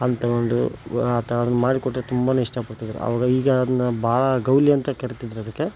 ಅದನ್ನು ತಗೊಂಡು ಆ ಥರದ್ದು ಮಾಡಿಕೊಟ್ಟರೆ ತುಂಬಾ ಇಷ್ಟಪಡ್ತಿದ್ದರು ಆವಾಗ ಈಗ ಅದನ್ನ ಭಾಳ ಗೌಲಿ ಅಂತ ಕರೀತಿದ್ದರದಕ್ಕೆ